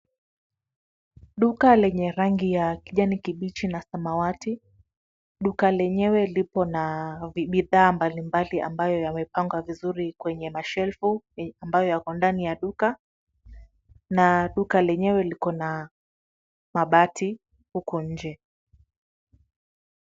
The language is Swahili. Duka lenye rangi ya kijani kibichi na samawati. Duka lenyewe liko na bidhaa mbalimbali ambayo yamepangwa vizuri kwenye mashelfu ambayo yako ndani ya duka na duka lenyewe liko mabati huko nje.